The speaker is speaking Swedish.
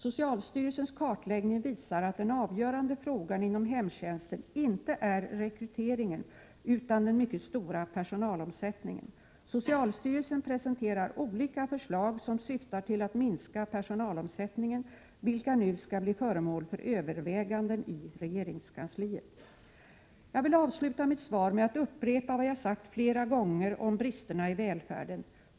Socialstyrelsens kartläggning visar att den avgörande frågan inom hemtjänsten inte är rekryteringen utan den mycket stora personalomsättningen. Socialstyrelsen presenterar olika förslag som syftar till att minska personalomsättningen, vilka nu skall bli föremål för överväganden i regeringskansliet. Jag vill avsluta mitt svar med att upprepa vad jag sagt flera gånger om bristerna i välfärden.